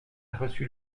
reçu